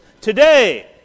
today